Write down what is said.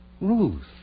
Ruth